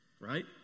Right